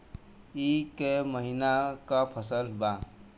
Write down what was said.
ई क महिना क फसल बा?